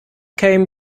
came